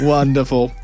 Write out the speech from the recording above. Wonderful